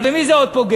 אבל במי זה עוד פוגע?